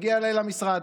הגיע אליי למשרד.